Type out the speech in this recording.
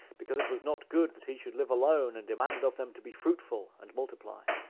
because it was not good that he should live alone, and demanded of them to be fruitful and multiply,